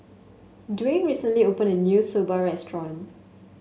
Dwain recently opened a new Soba restaurant